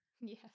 Yes